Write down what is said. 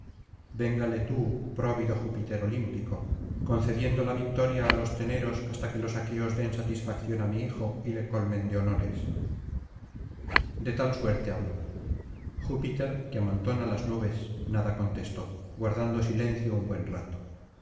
véngale tú próvido júpiter olímpico concediendo la victoria á los teneros hasta que los aqueos den satisfacción á mi hijo y le colmen de honores de tal suerte habló júpiter que amontona las nubes nada contestó guardando silencio un buen rato